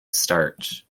starch